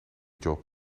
job